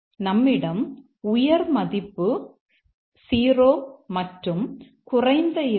நம்மிடம் உயர் மதிப்பு 0 மற்றும் குறைந்த இலக்கம்